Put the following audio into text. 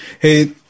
Hey